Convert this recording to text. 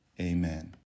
Amen